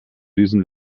diesen